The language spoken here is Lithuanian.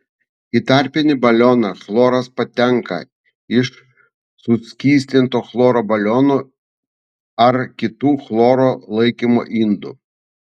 į tarpinį balioną chloras patenka iš suskystinto chloro balionų ar kitų chloro laikymo indų